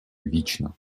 вічно